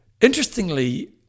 interestingly